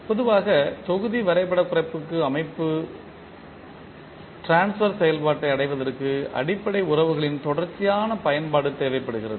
பொதுவாக தொகுதி வரைபடக் குறைப்புக்கு அமைப்பு ட்ரான்ஸ்பர் செயல்பாட்டை அடைவதற்கு அடிப்படை உறவுகளின் தொடர்ச்சியான பயன்பாடு தேவைப்படுகிறது